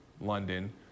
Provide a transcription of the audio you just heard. london